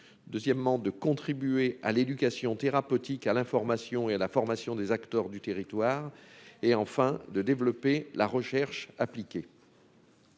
deuxièmement de contribuer à l'éducation thérapeutique à l'information et la formation des acteurs du territoire, et enfin de développer la recherche appliquée.